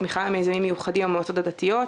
תמיכה במיזמים מיוחדים במועצות הדתיות,